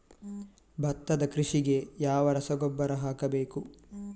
ಭತ್ತದ ಕೃಷಿಗೆ ಯಾವ ರಸಗೊಬ್ಬರ ಹಾಕಬೇಕು?